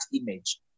image